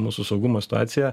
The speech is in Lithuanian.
mūsų saugumo situaciją